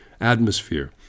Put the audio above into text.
atmosphere